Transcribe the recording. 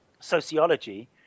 Sociology